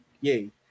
Yay